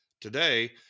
today